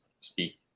speak